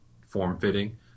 form-fitting